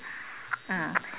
mm